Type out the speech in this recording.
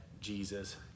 Jesus